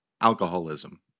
alcoholism